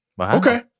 Okay